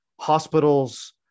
hospitals